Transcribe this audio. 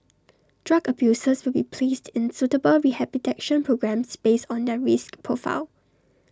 drug abusers will be placed in suitable rehabilitation programmes based on their risk profile